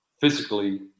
physically